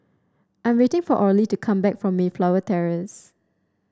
I'm waiting for Orley to come back from Mayflower Terrace